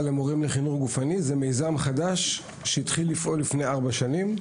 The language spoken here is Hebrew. לחינוך גופני זה מיזם חדש שהתחיל לפני ארבע שנים,